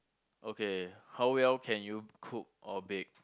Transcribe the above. okay how well can you cook or bake